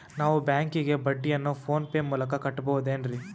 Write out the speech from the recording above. ನಾವು ಬ್ಯಾಂಕಿಗೆ ಬಡ್ಡಿಯನ್ನು ಫೋನ್ ಪೇ ಮೂಲಕ ಕಟ್ಟಬಹುದೇನ್ರಿ?